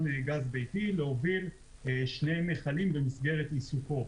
גז ביתי להוביל שני מכלים במסגרת איסופו.